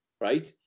right